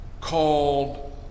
called